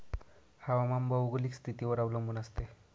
हवामान भौगोलिक स्थितीवर अवलंबून असते